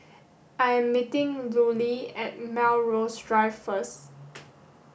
I am meeting Lulie at Melrose Drive first